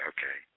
Okay